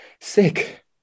sick